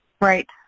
Right